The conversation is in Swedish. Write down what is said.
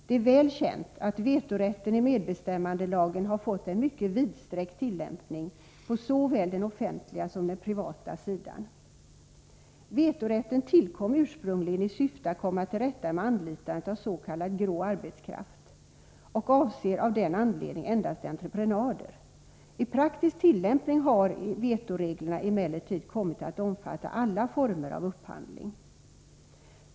Det är väl känt att vetorätten i medbestämmandelagen har fått en mycket vidsträckt tillämpning på såväl den offenliga som den privata sektorn. Vetorätten tillkom ursprungligen i syfte att komma till rätta med anlitandet av s.k. grå arbetskraft och avser av den anledningen endast entreprenader. I praktisk tillämpning har vetoreglerna emellertid kommit att omfatta alla former av upphandling.